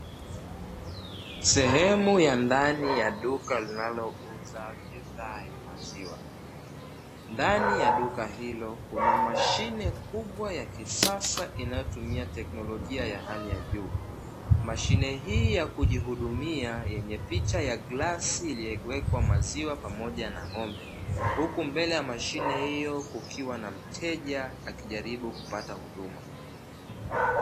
Sehemu ya ndani ya duka linalouza bidhaa ya maziwa, ndani ya duka hilo kuna mashine kubwa ya kisasa inayotumia teknolojia ya hali ya juu, mashine hii ya kujihudumia yenye picha ya glasi iliyowekwa maziwa pamoja na ng'ombe, huku mbele ya mashine hiyo kukiwa na mteja akijaribu kupata huduma.